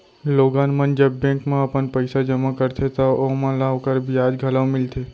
लोगन मन जब बेंक म अपन पइसा जमा करथे तव ओमन ल ओकर बियाज घलौ मिलथे